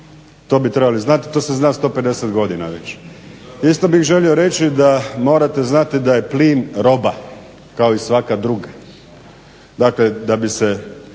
To bi trebali znati. To se zna 150 godina već. Isto bih želio reći da morate znati da je plin roba kao i svaka druga. Dakle da bi se